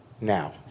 now